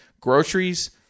groceries